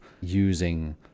using